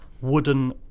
wooden